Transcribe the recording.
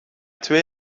twee